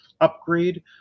upgrade